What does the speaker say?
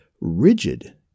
rigid